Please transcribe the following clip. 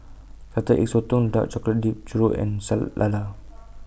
Salted Egg Sotong Dark Chocolate Dipped Churro and Sour Lala